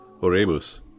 Oremus